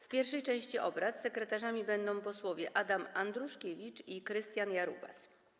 W pierwszej części obrad sekretarzami będą posłowie Adam Andruszkiewicz i Krystian Jarubas.